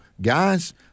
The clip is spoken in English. Guys